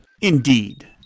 Indeed